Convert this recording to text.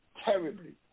terribly